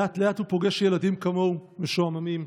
לאט-לאט הוא פוגש ילדים כמוהו, משועממים,